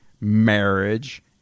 marriage